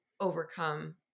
overcome